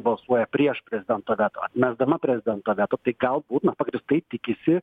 balsuoja prieš prezidento veto atmesdama prezidento veto tai galbūt na pagrįstai tikisi